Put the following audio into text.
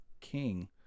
king